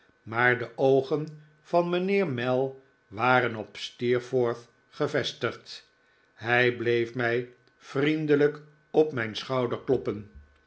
maar de oogen van mijnheer mell waren op steerforth gevestigd hij bleef mij vriendelijk op mijn schouder kloppen